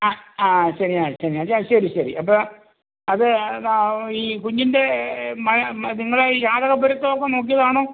അ ആ ശനിയാഴ്ച ശനിയാഴ്ച ശരി ശരി അപ്പോൾ അത് എന്നാൽ ഈ കുഞ്ഞിൻ്റെ നിങ്ങളെ ഈ ജാതക പൊരുത്തം ഒക്കെ നോക്കിയതാണോ